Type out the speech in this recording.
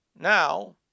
now